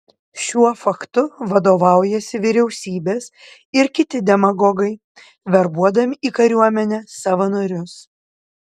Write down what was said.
šiuo faktu vadovaujasi vyriausybės ir kiti demagogai verbuodami į kariuomenę savanorius